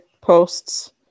posts